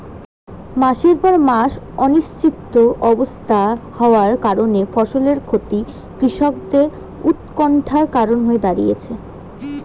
মাসের পর মাস অনিশ্চিত আবহাওয়ার কারণে ফসলের ক্ষতি কৃষকদের উৎকন্ঠার কারণ হয়ে দাঁড়িয়েছে